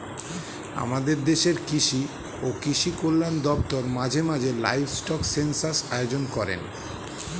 আমাদের দেশের কৃষি ও কৃষি কল্যাণ দপ্তর মাঝে মাঝে লাইভস্টক সেন্সাস আয়োজন করেন